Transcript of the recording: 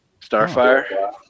Starfire